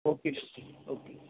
okay ਜੀ okay okay